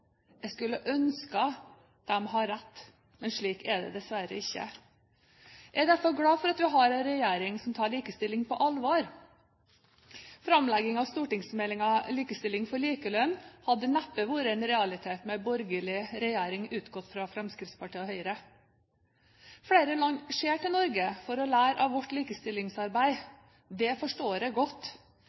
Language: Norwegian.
Jeg skulle ønske de hadde rett, men slik er det dessverre ikke. Jeg er derfor glad for at vi har en regjering som tar likestilling på alvor. Framlegging av stortingsmeldingen Likestilling for likelønn hadde neppe vært en realitet med en borgerlig regjering utgått fra Fremskrittspartiet og Høyre. Flere land ser til Norge for å lære av vårt likestillingsarbeid. Det forstår jeg godt.